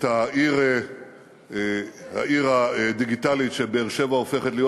את העיר הדיגיטלית שבאר-שבע הופכת להיות,